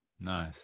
Nice